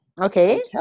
Okay